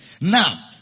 Now